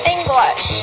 English